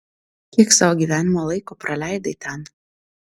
kiek savo gyvenimo laiko praleidai ten